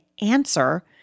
answer